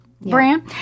brand